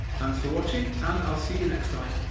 thanks for watching and i'll see you next time.